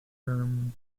term